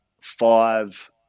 five